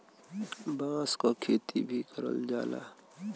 बांस क खेती भी करल जाला